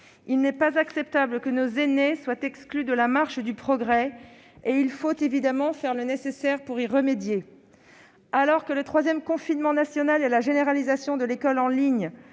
Il n'est pas acceptable que nos aînés soient exclus de la marche du progrès. Il faut évidemment faire le nécessaire pour y remédier. Alors que le troisième confinement national et la généralisation de l'école en ligne